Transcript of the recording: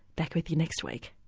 back with you next week